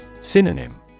Synonym